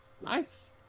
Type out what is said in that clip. Nice